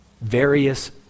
various